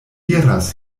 iras